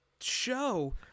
show